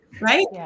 right